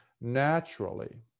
naturally